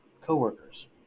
co-workers